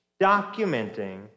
documenting